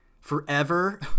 forever